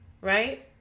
right